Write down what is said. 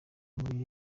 muri